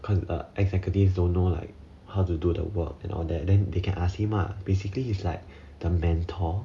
the executives don't know like how to do the work and all that then they can ask him lah basically he's like the mentor